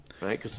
right